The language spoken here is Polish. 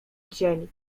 dzień